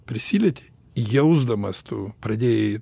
prisilietei jausdamas tu pradėjai